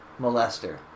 molester